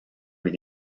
with